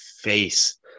face